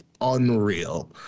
unreal